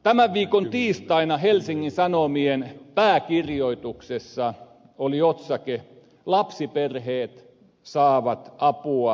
tämän viikon tiistaina helsingin sanomien pääkirjoituksessa oli otsake lapsiperheet saavat apua liian myöhään